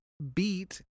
Beat